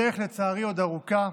הדרך, לצערי, עוד ארוכה,